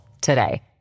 today